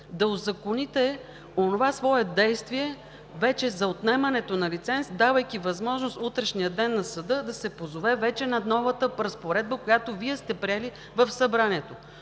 да узаконите онова свое действие за отнемането на лиценз, давайки възможност в утрешния ден на съда да се позове вече на новата разпоредба, която Вие сте приели в Събранието.